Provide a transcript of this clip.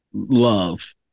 love